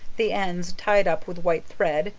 the ends, tied up with white thread,